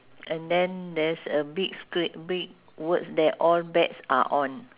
and then there's a big scre~ big words there all bets are on